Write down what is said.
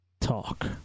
Talk